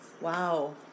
Wow